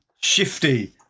Shifty